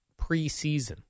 preseason